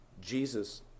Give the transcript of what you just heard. Jesus